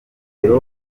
benshi